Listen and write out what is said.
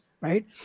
right